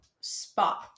spot